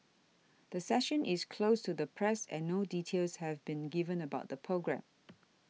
the session is closed to the press and no details have been given about the programme